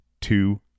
two